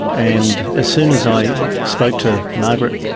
and as soon as i spoke to margaret